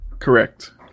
Correct